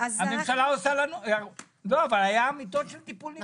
הייתה התחייבות למיטות בטיפול נמרץ.